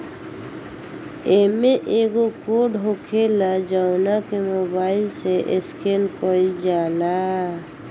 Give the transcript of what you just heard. इमें एगो कोड होखेला जवना के मोबाईल से स्केन कईल जाला